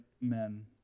men